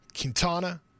Quintana